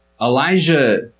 Elijah